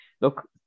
look